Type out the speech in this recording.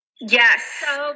Yes